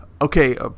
Okay